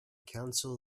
council